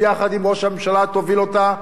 ביחד עם ראש הממשלה תוביל אותה,